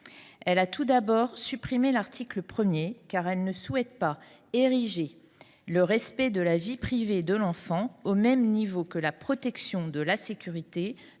Elle a tout d’abord supprimé l’article 1, car elle ne souhaite pas ériger le respect de la vie privée de l’enfant au même niveau que la protection de sa sécurité, de